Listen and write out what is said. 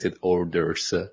orders